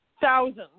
thousands